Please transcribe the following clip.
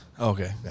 Okay